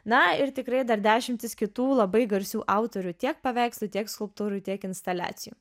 na ir tikrai dar dešimtis kitų labai garsių autorių tiek paveikslų tiek skulptūrų tiek instaliacijų